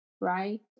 Right